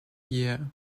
year